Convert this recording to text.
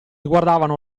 guardavano